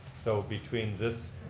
so between this